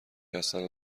هستن